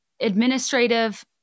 administrative